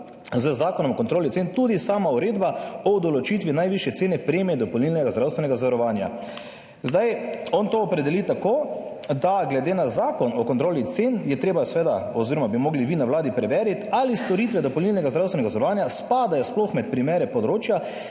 z Zakonom o kontroli cen tudi sama Uredba o določitvi najvišje cene premije dopolnilnega zdravstvenega zavarovanja. On to opredeli tako, da je glede na Zakon o kontroli cen treba oziroma bi morali vi na Vladi preveriti, ali storitve dopolnilnega zdravstvenega zavarovanja spadajo sploh med primere področja,